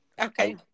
okay